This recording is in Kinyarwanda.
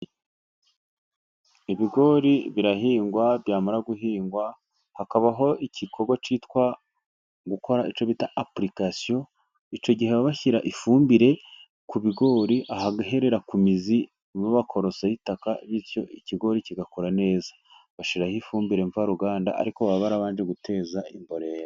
Ibigori birahingwa byamara guhingwa, hakabaho igikorwa cyitwa gukora, icyo bita apurikasiyo, icyo gihe baba bashyira ifumbire ku bigori, ahaherera ku mizi, bakorosaho itaka bityo ikigori kigakura neza, bashiraho ifumbire mvaruganda, ariko baba barabanje guteza imborera.